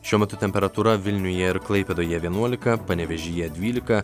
šiuo metu temperatūra vilniuje ir klaipėdoje vienuolika panevėžyje dvylika